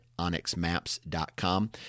onyxmaps.com